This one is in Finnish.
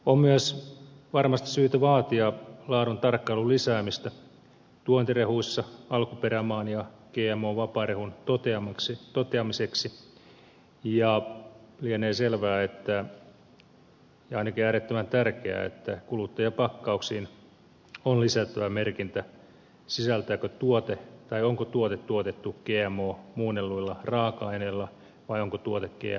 on myös varmasti syytä vaatia laaduntarkkailun lisäämistä tuontirehuissa alkuperämaan ja gmo vapaan rehun toteamiseksi ja lienee selvää ja ainakin äärettömän tärkeää että kuluttajapakkauksiin on lisättävä merkintä onko tuote tuotettu gmo muunnelluilla raaka aineilla vai onko tuote gmo vapaa